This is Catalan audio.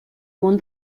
món